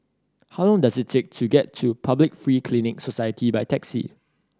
how long does it take to get to Public Free Clinic Society by taxi